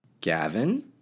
Gavin